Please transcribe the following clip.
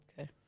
Okay